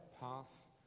pass